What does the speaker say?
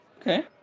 Okay